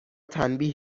تنبیه